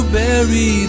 bury